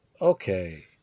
Okay